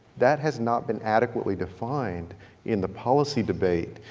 that has not been adequately defined in the policy debate